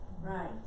right